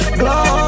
glow